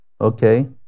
okay